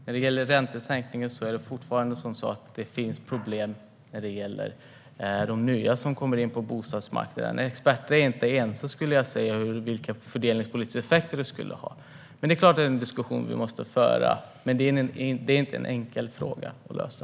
När det gäller sänkningen av ränteavdragen är det fortfarande så att det finns problem med de nya som kommer in på bostadsmarknaden. Experterna är inte ense om vilka fördelningspolitiska effekter det skulle ha. Det är klart att det är en diskussion vi måste föra. Men det är inte en enkel fråga att lösa.